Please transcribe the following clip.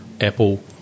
Apple